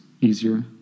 easier